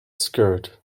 skirt